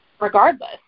regardless